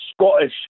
Scottish